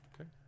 Okay